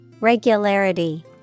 Regularity